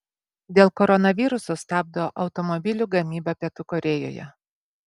dėl koronaviruso stabdo automobilių gamybą pietų korėjoje